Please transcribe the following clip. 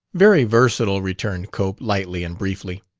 very versatile, returned cope, lightly and briefly.